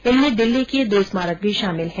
इनमें दिल्ली के दो स्मारक भी शामिल हैं